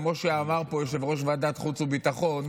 כמו שאמר פה יושב-ראש ועדת החוץ והביטחון,